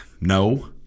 No